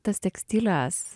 tas tekstilės